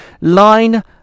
Line